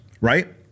right